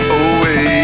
away